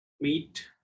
meat